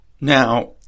Now